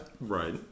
Right